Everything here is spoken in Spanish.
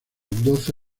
doce